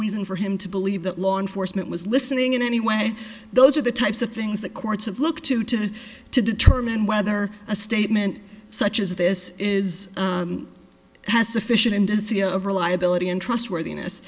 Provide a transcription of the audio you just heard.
reason for him to believe that law enforcement was listening in any way those are the types of things the courts of look to to to determine whether a statement such as this is has sufficient indicia reliability and trustworthiness